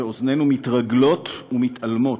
ואוזנינו מתרגלות ומתעלמות,